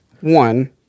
one